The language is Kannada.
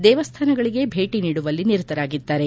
ದೇವಸ್ಥಾನಗಳಿಗೆ ಭೇಟಿ ನೀಡುವಲ್ಲಿ ನಿರತರಾಗಿದ್ದಾರೆ